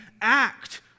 act